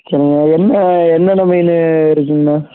சரிங்க என்ன என்னென்ன மீனு இருக்குங்கண்ணா